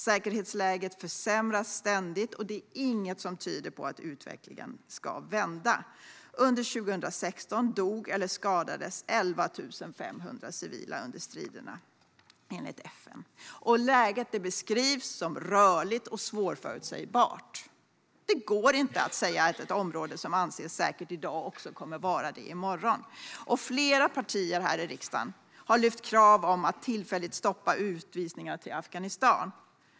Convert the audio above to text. Säkerhetsläget försämras ständigt, och det är inget som tyder på att utvecklingen ska vända. Under 2016 dog eller skadades 11 500 civila under striderna, enligt FN. Läget beskrivs som rörligt och svårförutsägbart. Det går inte att säga att ett område som anses säkert i dag också kommer att vara det i morgon. Flera partier här i riksdagen har lyft upp krav om att tillfälligt stoppa utvisningarna till Afghanistan.